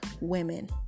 Women